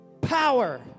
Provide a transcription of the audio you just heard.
power